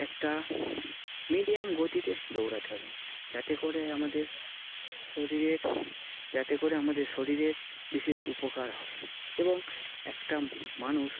একটা মিডিয়াম গতিতে দৌড়াতে হবে যাতে করে আমাদের শরীরের যাতে করে আমাদের শরীরের বিশেষ উপকার হয় এবং একটা মানুষ